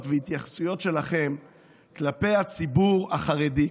והתייחסויות שלכם כלפי הציבור החרדי.